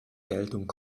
geltung